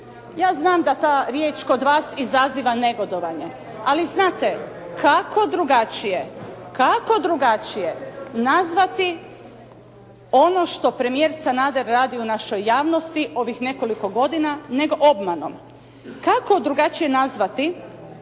Ja znam da ta riječ kod vas izaziva negodovanje, ali znate, kako drugačije, kako drugačije nazvati ono što premijer Sanader radi u našoj javnosti ovih nekoliko godina, nego obmanom. Kako drugačije nazvati